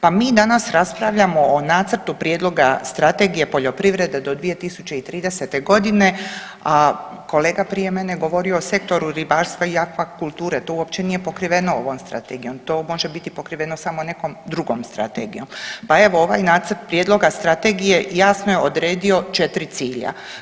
Pa mi danas raspravljamo o nacrtu prijedloga Strategije poljoprivrede do 2030. g., a kolega je prije mene je govorio o sektoru ribarstva i akvakulture, to uopće nije pokriveno ovom Strategijom, to može biti pokriveno samo nekom drugom strategijom, pa evo, ovaj nacrt prijedloga Strategije jasno je odredio 4 cilja.